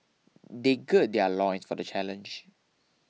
they gird their loins for the challenge